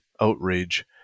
Outrage